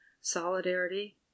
solidarity